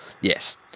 yes